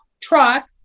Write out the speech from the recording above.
truck